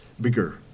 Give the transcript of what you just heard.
bigger